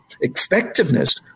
effectiveness